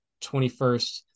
21st